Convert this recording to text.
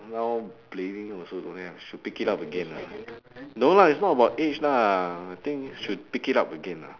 now blading also don't have should pick it up again lah no lah it's not about age lah I think should pick it up again lah